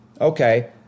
Okay